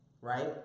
right